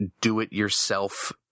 do-it-yourself